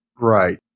Right